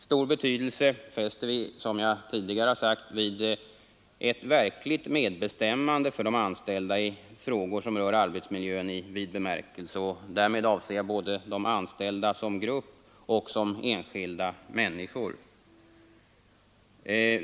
Som jag tidigare har sagt fäster vi stor betydelse vid ett verkligt medbestämmande får de anställda i frågor som rör arbetsmiljön i vid bemärkelse. Därmed avser jag både de anställda som grupp och som enskilda människor.